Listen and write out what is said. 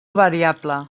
variable